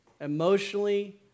emotionally